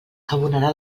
abonarà